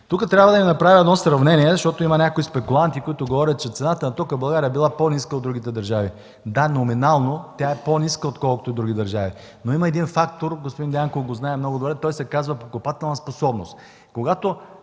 Тук трябва да направя едно сравнение, защото има някои спекуланти, които говорят, че цената на тока в България била по ниска от другите държави. Да, номинално тя е по-ниска отколкото в други държави, но има един фактор – господин Дянков го знае много добре, той се казва „покупателна способност”.